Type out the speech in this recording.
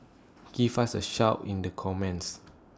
give us A shout in the comments